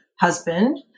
husband